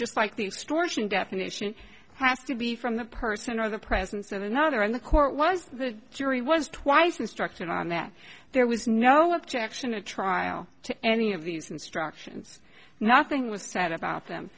just like the extortion definition has to be from the person or the presence of another in the court was the jury was twice instructed on that there was no objection a trial to any of these instructions nothing was said about them